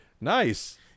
nice